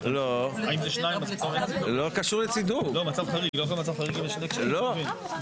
16:30.